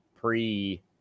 pre